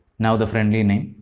now the friendly name.